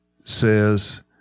says